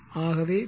ஆகவே பி